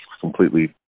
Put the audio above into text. completely